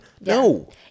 No